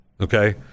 Okay